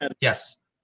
yes